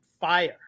fire